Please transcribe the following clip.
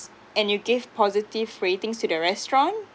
and you gave positive ratings to the restaurant